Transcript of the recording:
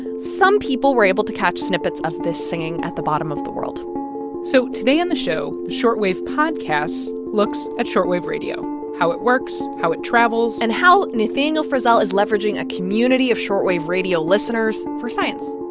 some people were able to catch snippets of this singing at the bottom of the world so today on the show, short wave podcast looks at shortwave radio how it works, how it travels and how nathaniel frissell is leveraging a community of shortwave radio listeners for science